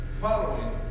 following